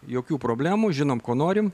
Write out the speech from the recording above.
jokių problemų žinom ko norim